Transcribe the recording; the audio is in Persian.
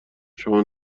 شما